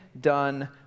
done